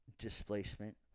displacement